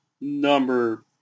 number